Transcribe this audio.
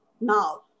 now